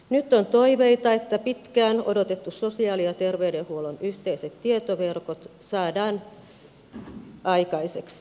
nyt on toiveita että pitkään odotetut sosiaali ja terveydenhuollon yhteiset tietoverkot saadaan aikaiseksi